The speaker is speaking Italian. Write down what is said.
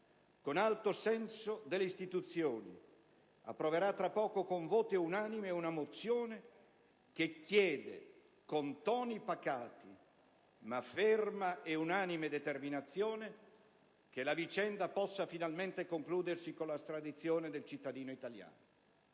con alto senso delle istituzioni, approverà tra poco con voto unanime una mozione che chiede, con toni pacati ma ferma e unanime determinazione, che la vicenda possa finalmente concludersi con l'estradizione del cittadino italiano.